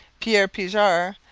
pierre pijart,